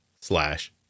slash